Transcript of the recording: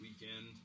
weekend